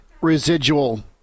Residual